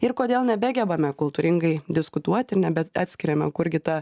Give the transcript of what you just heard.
ir kodėl nebegebame kultūringai diskutuoti ir nebeatskiriame kurgi ta